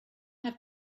have